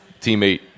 teammate